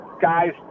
guys